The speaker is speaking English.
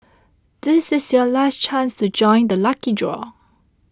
this is your last chance to join the lucky draw